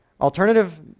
Alternative